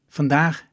Vandaag